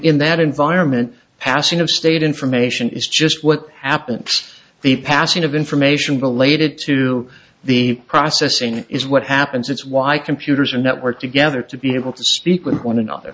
in that environment passing of state information is just what happens the passing of information related to the processing is what happens it's why computers are network together to be able to speak with one another